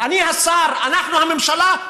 אני השר, אנחנו, הממשלה,